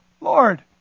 Lord